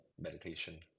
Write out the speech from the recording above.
meditation